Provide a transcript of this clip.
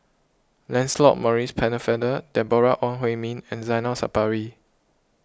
Lancelot Maurice Pennefather Deborah Ong Hui Min and Zainal Sapari